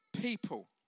people